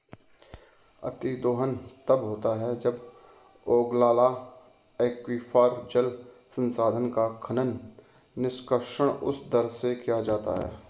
अतिदोहन तब होता है जब ओगलाला एक्वीफर, जल संसाधन का खनन, निष्कर्षण उस दर से किया जाता है